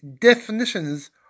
definitions